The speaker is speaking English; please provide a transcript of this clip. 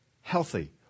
healthy